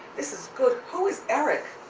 this is good, who is eric?